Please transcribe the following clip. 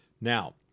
now